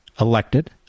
elected